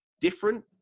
different